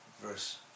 verse